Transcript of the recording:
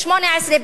18,